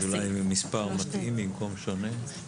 אולי מספר מתאים במקום שונה?